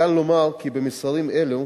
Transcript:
ניתן לומר כי במסרים אלו,